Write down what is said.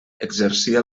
exercia